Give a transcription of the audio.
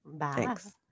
Thanks